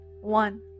one